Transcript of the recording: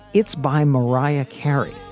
it's by mariah carey,